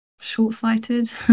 short-sighted